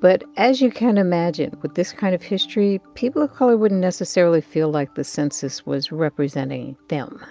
but as you can imagine, with this kind of history, people of color wouldn't necessarily feel like the census was representing them